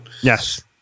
Yes